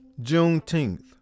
Juneteenth